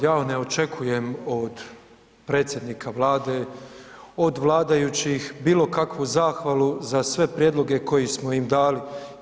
Ja ne očekujem od predsjednika Vlade, od vladajućih bilo kakvu zahvalu za sve prijedloge koje smo im dali.